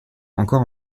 encore